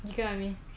you get what I mean